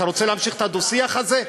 אתה רוצה להמשיך את הדו-שיח הזה?